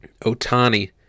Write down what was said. Otani